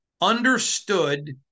understood